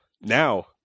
Now